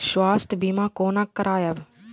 स्वास्थ्य सीमा कोना करायब?